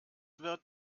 wird